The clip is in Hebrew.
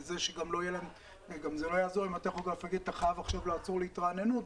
זה גם לא יעזור אם הטכוגרף יגיד אתה חייב עכשיו לעצור להתרעננות,